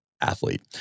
athlete